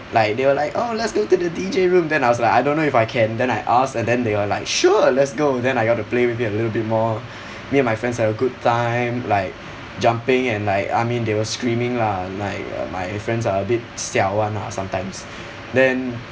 like they were like oh let's go to the D_J room then I was like I don't know if I can't then I ask and then they are like sure let's go then I got to play with it a little bit more me and my friends have a good time like jumping and like I mean they were screaming lah like my friends are a bit siao [one] lah sometimes then